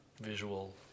visual